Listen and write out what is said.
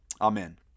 Amen